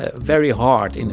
ah very hard.